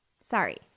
Sorry